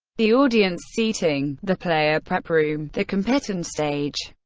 the audience seating, the player prep room, the competition stage.